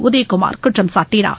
உதயகுமா் குற்றம் சாட்டினார்